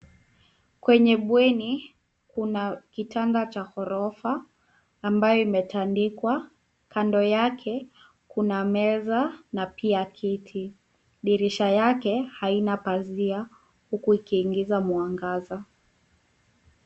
Kwenye bweni, kuna kitanda cha ghorofa ambayo imetandikwa. Kando yake kuna meza na pia kiti. Dirisha yake haina pazia huku ikiingiza mwangaza.